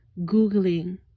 googling